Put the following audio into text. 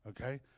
okay